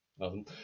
Awesome